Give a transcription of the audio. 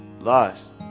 lost